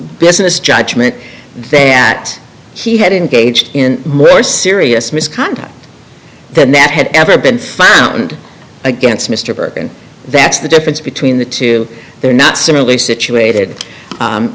business judgment that he had engaged in more serious misconduct than that had ever been filed against mr burke and that's the difference between the two they're not similarly situated